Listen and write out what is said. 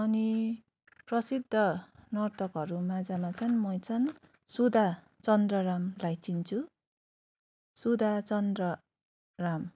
अनि प्रसिद्ध नर्तकहरू माझमा चाहिँ म चाहिँ सुधा चन्द्रनलाई चिन्छु सुधा चन्द्रन